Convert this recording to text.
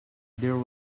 there